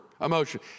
emotion